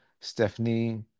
Stephanie